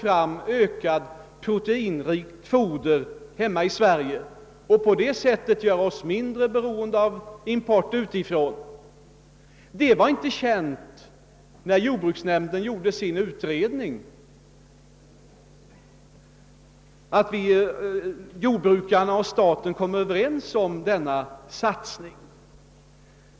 produktionen av proteinrikt foder här hemma och därigenom göra oss mindre beroende av import utifrån. När jordbruksnämnden gjorde sin utredning var det inte känt att jordbrukarna och staten skulle komma överens om denna satsning.